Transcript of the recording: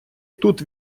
тут